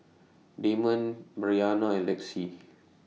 Damond Bryana and Lexi